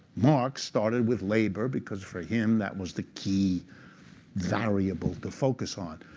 marx started with labor, because for him, that was the key variable to focus on.